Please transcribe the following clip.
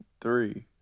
three